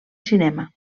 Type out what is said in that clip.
cinema